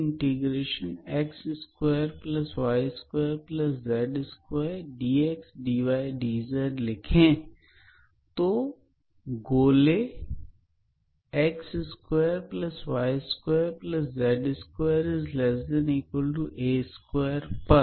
इस इंटीग्रल को गोले पर ज्ञात किया जाना है